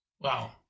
Wow